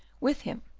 with him,